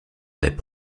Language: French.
avaient